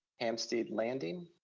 hampstead landing,